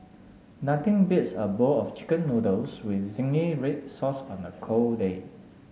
nothing beats a bowl of chicken noodles with zingy red sauce on a cold day